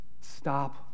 Stop